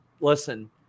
listen